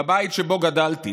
בבית שבו גדלתי